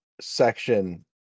Section